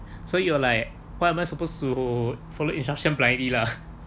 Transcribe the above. so you were like why am I supposed to follow instruction blindly lah